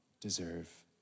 deserve